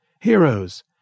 heroes